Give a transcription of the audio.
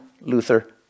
Luther